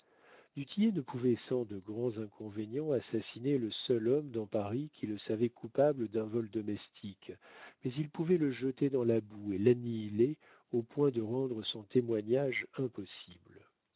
ne pouvait sans de grands inconvénients assassiner le seul homme dans paris qui le savait coupable d'un vol domestique mais il pouvait le jeter dans la boue et l'annihiler au point de rendre son témoignage impossible